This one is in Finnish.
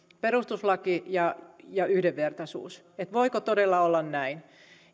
perustuslaki ja yhdenvertaisuus voiko todella olla näin